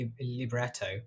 libretto